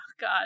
God